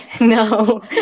no